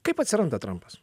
kaip atsiranda trampas